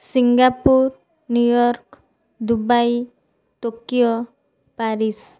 Singapore New York Dubai Tokyo Paris